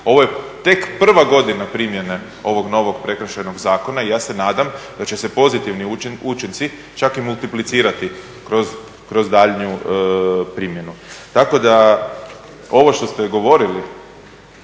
Ovo je tek prva godina primjene ovog novog Prekršajnog zakona i ja se nadam da će se pozitivni učinci čak i multiplicirati kroz daljnju primjenu. Tako da ovo što ste govorili